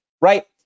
right